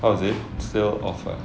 how is it still off ah